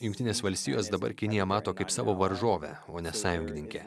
jungtinės valstijos dabar kiniją mato kaip savo varžovę o ne sąjungininkę